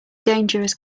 dangerous